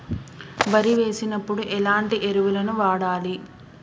వరి వేసినప్పుడు ఎలాంటి ఎరువులను వాడాలి?